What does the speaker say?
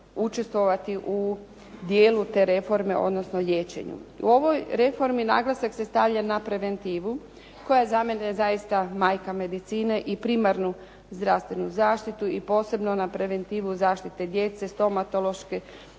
učestvovati u dijelu te reforme odnosno liječenju. U ovoj reformi naglasak se stavlja na preventivu koja za mene zaista majka medicine i primarnu zdravstvenu zaštitu i posebno na preventivu zaštite djece, stomatološke